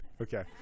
okay